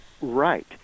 Right